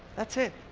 that's it.